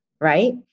right